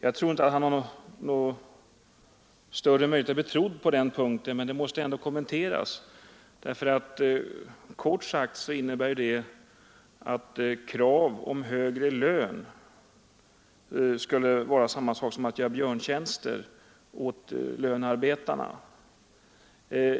Jag tror inte att han har någon större möjlighet att bli trodd på den punkten, men uttalandet måste ändå kommenteras, därför att det innebär kort sagt att krav om högre lön skulle vara samma sak som att göra björntjänster åt lönearbetarna.